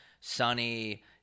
sunny